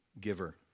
giver